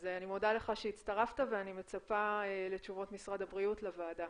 אז אני מודה לך שהצטרפת ואני מצפה לתשובות משרד הבריאות לוועדה.